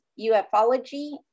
ufology